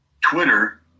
Twitter